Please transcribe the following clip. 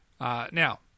Now